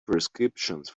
prescriptions